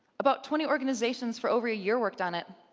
about twenty organizations for over a year worked on it,